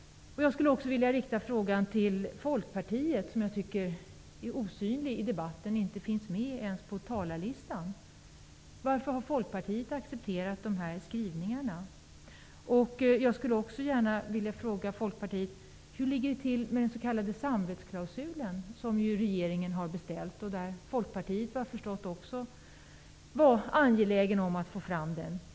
Jag skulle vilja rikta frågan till Folkpartiet, som är osynligt i debatten och inte ens finns med på talarlistan: Varför har Folkpartiet accepterat de här skrivningarna? Hur ligger det till med den s.k. samvetsklausulen, som regeringen har beställt och som Folkpartiet också var angeläget om att få fram?